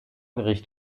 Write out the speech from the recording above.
gericht